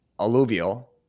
alluvial